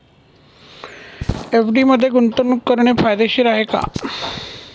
FD मध्ये गुंतवणूक करणे फायदेशीर आहे का?